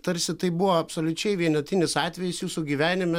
tarsi tai buvo absoliučiai vienetinis atvejis jūsų gyvenime